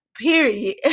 period